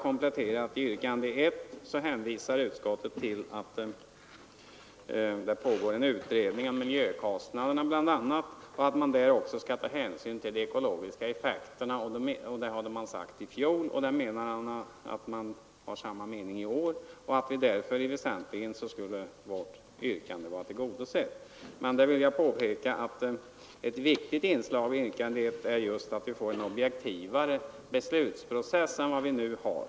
Beträffande yrkande 1 hänvisar utskottet till att det pågår en utredning bl.a. om miljökostnaderna och att den också skall ta hänsyn till de ekologiska effekterna. Det framhöll utskottet i fjol. Det har samma mening i år och därför skulle vårt yrkande vara tillgodosett. Jag vill påpeka att ett viktigt inslag i yrkandet är att vi får en objektivare beslutsprocess än vi nu har.